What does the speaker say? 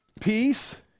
peace